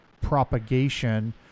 propagation